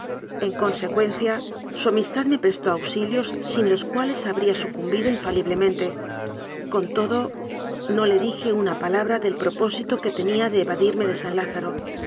en consecuencia su amistad me prestó auxilios sin los cuales habría sucumbido infaliblemente con todo no le dije una palabra del propósito que tenía ele evadirme de san lázaro